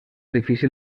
difícil